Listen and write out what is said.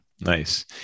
Nice